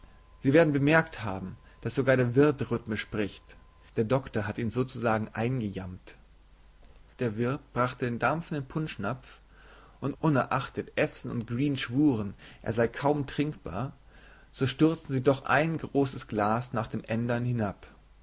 sie werden bemerkt haben daß sogar der wirt rhythmisch spricht der doktor hat ihn sozusagen eingejambt der wirt brachte den dampfenden punschnapf und unerachtet ewson und green schwuren er sei kaum trinkbar so stürzten sie doch ein großes glas nach dem ändern hinab